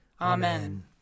Amen